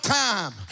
time